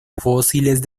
fósiles